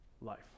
life